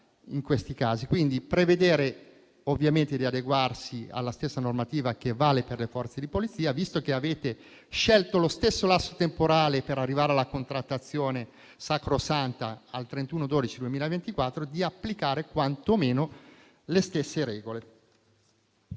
questi casi: sarebbe il caso di adeguarsi alla stessa normativa che vale per le Forze di polizia, visto che avete scelto lo stesso lasso temporale per arrivare alla contrattazione, sacrosanta, al 31 dicembre 2024, e di applicare quanto meno le stesse regole.